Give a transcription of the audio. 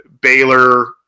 Baylor